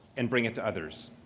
and bring it to others.